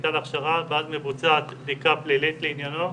בקליטה להכשרה ואז מבוצעת בדיקה פלילית לעניינו,